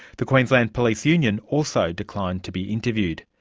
the queensland police union also declined to be interviewed.